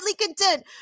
content